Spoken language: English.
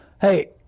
Hey